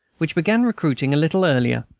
which began recruiting a little earlier,